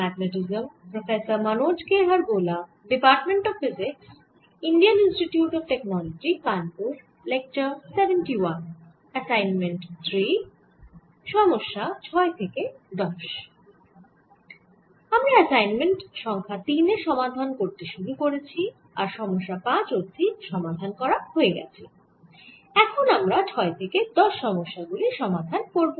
আমরা অ্যাসাইনমেন্ট সংখ্যা তিন এর সমাধান করতে শুরু করেছি আর সমস্যা 5 অবধি সমাধান করা হয়ে গেছে এখন আমরা 6 থেকে 10 সমস্যা গুলির সমাধান করব